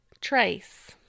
trace